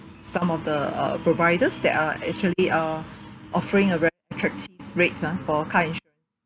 some of the uh providers that are actually uh offering a very attractive rates ah for car insur~